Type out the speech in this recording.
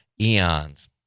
eons